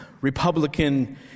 Republican